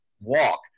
walk